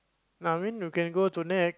no I mean you can go to Nex